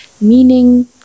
meaning